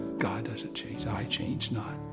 god doesn't change. i change not.